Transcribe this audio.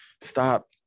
stop